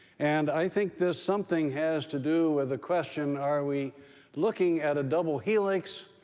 and i think this something has to do with the question are we looking at a double helix,